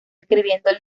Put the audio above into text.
escribiendo